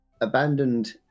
abandoned